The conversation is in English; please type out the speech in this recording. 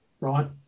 right